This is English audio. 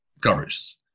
coverage